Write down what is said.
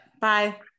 bye